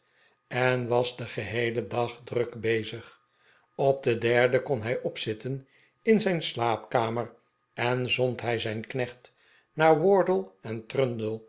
en was den geheelen dag druk bezig op den derden kon hij opzitten in zijn slaapkamer en zond hij zijn knecht naar wardle en trundle